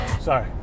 Sorry